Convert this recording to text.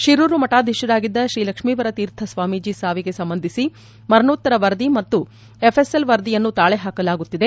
ಶಿರೂರು ಮಠಾಧೀಶರಾಗಿದ್ದ ತ್ರೀಲಕ್ಷ್ಮೀವರ ತೀರ್ಥ ಸ್ವಾಮೀಜಿಯ ಸಾವಿಗೆ ಸಂಬಂಧಿಸಿ ಮರಣೋತ್ತರ ವರದಿ ಮತ್ತು ಎಫ್ಎಸ್ಎಲ್ ವರದಿಯನ್ನು ತಾಳೆ ಹಾಕಲಾಗುತ್ತಿದೆ